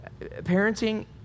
Parenting